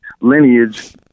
lineage